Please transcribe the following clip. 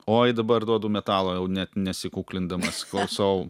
oi dabar duodu metalo jau net nesikuklindamas klausau